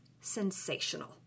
sensational